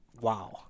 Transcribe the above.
Wow